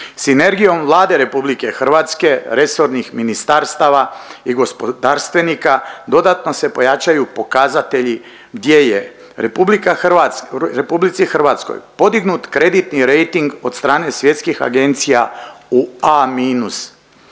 Sinergijom Vlade Republike Hrvatske, resornih ministarstava i gospodarstvenika dodatno se pojačaju pokazatelji gdje je Republici Hrvatskoj podignut kreditni rejting od strane svjetskih agencija u A-